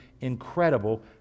incredible